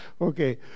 Okay